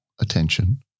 attention